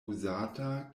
uzata